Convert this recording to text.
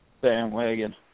bandwagon